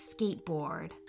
skateboard